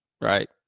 right